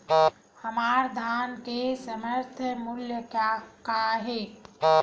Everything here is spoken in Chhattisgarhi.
हमर धान के समर्थन मूल्य का हे?